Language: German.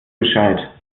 gescheit